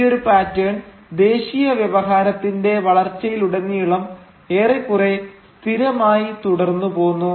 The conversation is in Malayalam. ഈയൊരു പാറ്റേൺ ദേശീയ വ്യവഹാരത്തിന്റെ വളർച്ചയിലുടനീളം ഏറെക്കുറെ സ്ഥിരമായി തുടർന്നു പോന്നു